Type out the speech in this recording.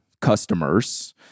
customers